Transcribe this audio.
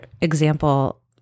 example